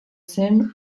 zen